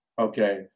okay